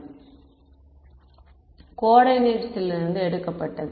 மாணவர் கோஆர்டினேட்சிலிருந்து எடுக்கப்பட்டது